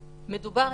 עדיין.